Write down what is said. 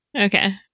Okay